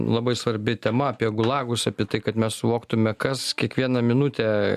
labai svarbi tema apie gulagus apie tai kad mes suvoktume kas kiekvieną minutę